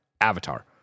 Avatar